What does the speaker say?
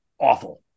awful